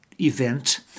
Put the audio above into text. event